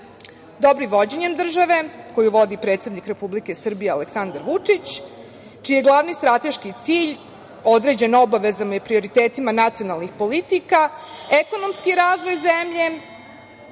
evra. Dobrim vođenjem države, koju vodi predsednik Republike Srbije Aleksandar Vučić, čiji je glavni strateški cilj određen obavezama i prioritetima nacionalnih politika, ekonomski razvoj zemlje,